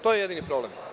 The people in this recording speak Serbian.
To je jedini problem.